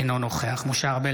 אינו נוכח משה ארבל,